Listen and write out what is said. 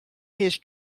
his